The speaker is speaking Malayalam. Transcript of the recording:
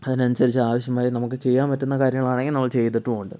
അതിനനുസരിച്ച് ആവശ്യമായ നമുക്ക് ചെയ്യാൻ പറ്റുന്ന കാര്യങ്ങൾ ആണെങ്കിൽ നമ്മൾ ചെയ്തിട്ടും ഉണ്ട്